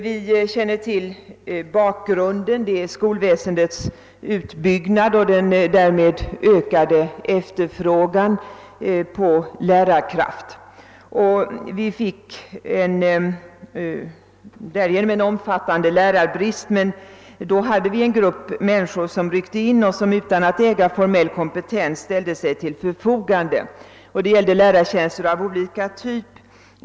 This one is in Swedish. Anledningen till att sådana lärare anställts var skolväsendets utbyggnad och den därmed ökade efterfrågan på lärarkraft. Därigenom uppstod en omfattande lärarbrist. Då ryckte denna grupp människor in och ställde sig till förfo gande utan att äga formell kompetens. Det gällde lärartjänster av olika typer.